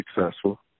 successful